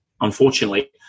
unfortunately